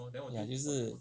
也是